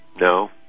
no